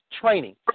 Training